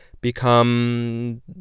become